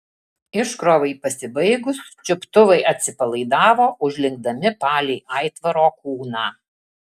iškrovai pasibaigus čiuptuvai atsipalaidavo užlinkdami palei aitvaro kūną